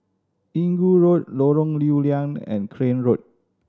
Inggu Road Lorong Lew Lian and Crane Road